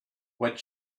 what